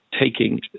taking